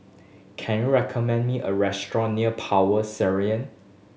can you recommend me a restaurant near Power Serayan